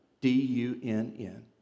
D-U-N-N